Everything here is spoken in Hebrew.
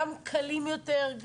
גם קלים יותר,